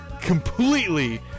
completely